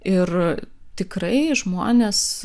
ir tikrai žmonės